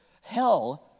Hell